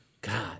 God